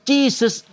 Jesus